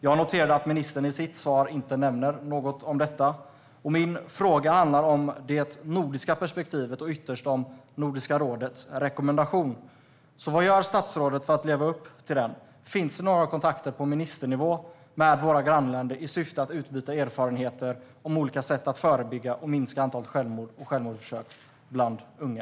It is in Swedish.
Jag noterade att ministern inte nämnde något om detta i sitt svar. Min fråga handlar om det nordiska perspektivet och ytterst om Nordiska rådets rekommendation. Så vad gör statsrådet för att leva upp till den? Finns det några kontakter på ministernivå med våra grannländer i syfte att utbyta erfarenheter när det gäller olika sätt att förebygga och minska antalet självmord och självmordsförsök bland unga?